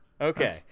Okay